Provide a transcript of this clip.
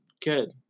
good